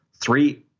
Three